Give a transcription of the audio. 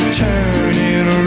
turning